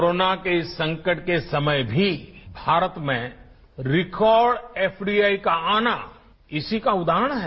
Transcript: corona के इस संकट के समय में भी भारत में रिकार्ड एफ डी आई का आना इसी का उदाहरण है